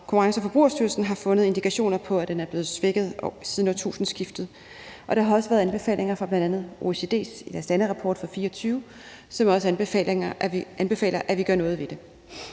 Konkurrence- og Forbrugerstyrelsen har fundet indikationer på, at den er blevet svækket siden årtusindskiftet, og der har også været anbefalinger fra bl.a. OECD i deres landerapport fra 2024, hvor man også anbefaler, at vi gør noget ved det.